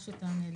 דברים.